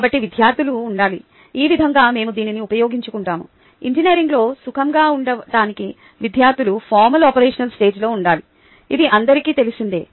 కాబట్టి విద్యార్థులు ఉండాలి ఈ విధంగా మేము దీనిని ఉపయోగించుకుంటాము ఇంజనీరింగ్లో సుఖంగా ఉండటానికి విద్యార్థులు ఫార్మల్ ఓపెరాషనల్ స్టేజ్ లో ఉండాలి ఇది అందరికీ తెలిసిందే